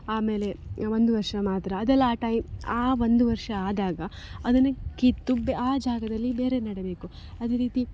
ಆಮೇಲೆ ಒಂದು ವರ್ಷ ಮಾತ್ರ ಅದೆಲ್ಲ ಆ ಟೈಮ್ ಆ ಒಂದು ವರ್ಷ ಆದಾಗ ಅದನ್ನು ಕಿತ್ತು ಬೆ ಆ ಜಾಗದಲ್ಲಿ ಬೇರೆ ನೆಡಬೇಕು ಅದೇ ರೀತಿ